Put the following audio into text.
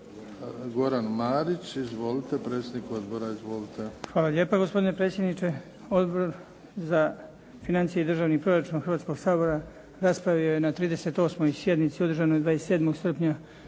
Goran Marić predsjednik odbora. Izvolite. **Marić, Goran (HDZ)** Hvala lijepa. Gospodine predsjedniče. Odbor za financije i državni proračun Hrvatskoga sabora raspravio je na 38. sjednici održanoj 27. srpnja